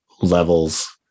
levels